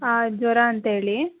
ಹಾಂ ಜ್ವರ ಅಂಥೇಳಿ